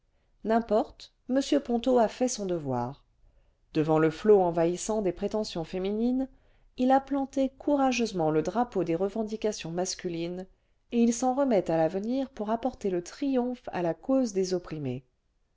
n'importe m ponto a fait son devoir devant le flot envahissant des prétentions féminines il a planté courageusement le drapeau des revendications masculines et il s'en remet à l'avenir pour apporter le triomphe à la cause des opprimés